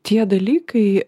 tie dalykai